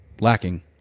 lacking